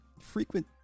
frequent